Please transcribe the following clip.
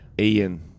Ian